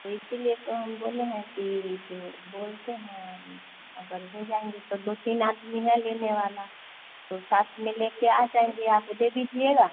तो इसीलिए तो हम बोले हैं कि जो बोलते हैं अब अगर हो जाएँगे तो दो तीन आदमी है लेने वाले तो साथ में लेकर आ जाएँगे आप दे दीजिएगा